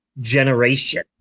generation